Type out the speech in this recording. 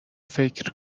فکر